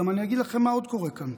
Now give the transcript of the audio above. אני אגיד לכם מה עוד קורה כאן,